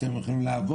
מצב